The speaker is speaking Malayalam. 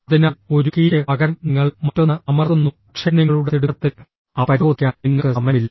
അതിനാൽ ഒരു കീയ്ക്ക് പകരം നിങ്ങൾ മറ്റൊന്ന് അമർത്തുന്നു പക്ഷേ നിങ്ങളുടെ തിടുക്കത്തിൽ അവ പരിശോധിക്കാൻ നിങ്ങൾക്ക് സമയമില്ല